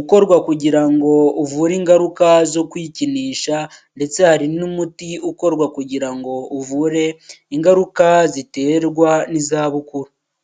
ukorwa kugira ngo uvure ingaruka zo kwikinisha, ndetse hari n'umuti ukorwa kugira ngo uvure ingaruka ziterwa n'izabukuru.